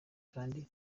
kandi